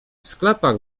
sklepach